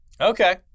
Okay